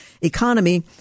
economy